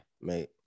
mate